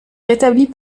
rétablit